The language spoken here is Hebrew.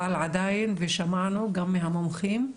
אבל עדיין ושמענו גם מהמומחים,